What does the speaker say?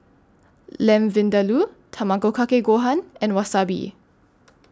Lamb Vindaloo Tamago Kake Gohan and Wasabi